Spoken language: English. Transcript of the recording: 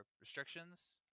restrictions